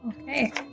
Okay